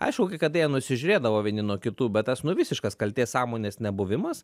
aišku kai kada jie nusižiūrėdavo vieni nuo kitų bet tas nu visiškas kaltės sąmonės nebuvimas